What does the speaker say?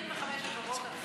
25 אגורות על חפיסה.